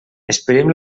esperem